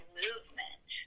movement